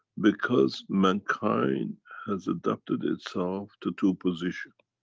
because mankind has adapted itself to two position.